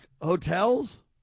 hotels